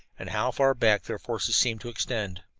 and how far back their forces seemed to extend.